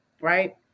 right